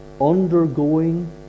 undergoing